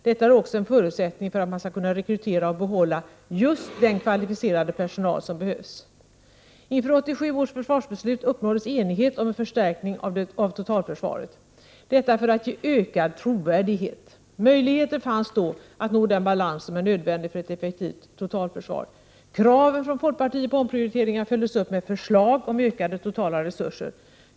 Detta är också en förutsättning för att man skall kunna rekrytera och behålla just den kvalificerade personal som behövs. Inför 1987 års försvarsbeslut uppnåddes enighet om en förstärkning av totalförsvaret, detta för att ge ökad trovärdighet. Möjligheter fanns då att nå den balans som är nödvändig för ett effektivt totalförsvar. Kraven från folkpartiet på omprioriteringar följdes upp med förslag om ökade totala resurser.